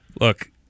Look